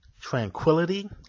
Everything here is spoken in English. tranquility